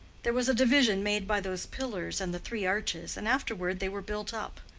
there was a division made by those pillars and the three arches, and afterward they were built up.